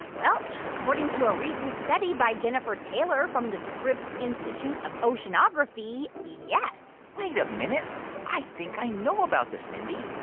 well, according to a recent study by jennifer taylor from the scripps institution of oceanography, yes wait a minute i think i know about this, mindy.